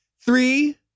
three